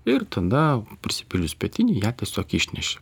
ir tada prisipildžius spietinei ją tiesiog išneši